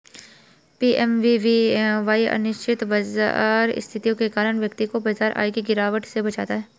PMVVY अनिश्चित बाजार स्थितियों के कारण व्यक्ति को ब्याज आय की गिरावट से बचाता है